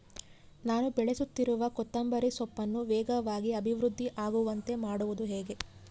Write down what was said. ನಾನು ಬೆಳೆಸುತ್ತಿರುವ ಕೊತ್ತಂಬರಿ ಸೊಪ್ಪನ್ನು ವೇಗವಾಗಿ ಅಭಿವೃದ್ಧಿ ಆಗುವಂತೆ ಮಾಡುವುದು ಹೇಗೆ?